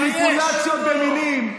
מניפולציות במילים.